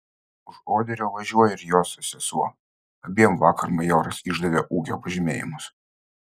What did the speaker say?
už oderio važiuoja ir jos sesuo abiem vakar majoras išdavė ūkio pažymėjimus